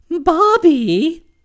Bobby